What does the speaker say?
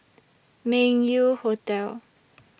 Meng Yew Hotel